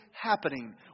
happening